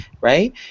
right